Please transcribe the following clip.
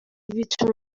bituma